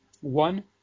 one